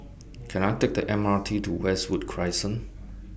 Can I Take A M R T to Westwood Crescent